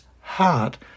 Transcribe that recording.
heart